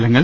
ഫലങ്ങൾ